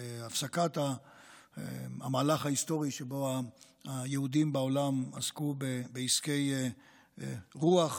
הפסקת המהלך ההיסטורי שבו היהודים בעולם עסקו בעסקי רוח,